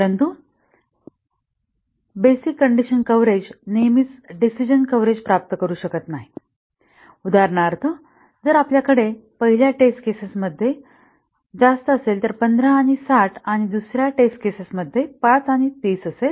परंतु basic condition coverage नेहमीच decision coverage प्राप्त करू शकत नाही उदाहरणार्थ जर आपल्याकडे पहिल्या टेस्ट केसेस मध्ये जास्त असेल तर 15 आणि 60 आणि दुसऱ्या टेस्ट केसेस मध्ये 5 आणि 30 असेल